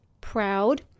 proud